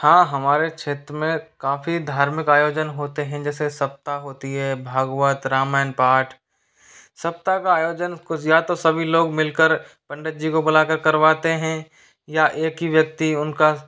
हाँ हमारे क्षेत्र में काफ़ी धार्मिक आयोजन होते हैं जैसे सप्ताह होती है भागवत रामायण पाठ सप्ताह का आयोजन कुछ या तो सभी लोग मिल कर पंडित जी को बुला कर करवाते हैं या एक ही व्यक्ति उनका